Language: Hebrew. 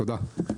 תודה.